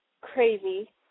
crazy